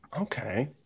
Okay